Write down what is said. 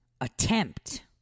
attempt